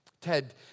Ted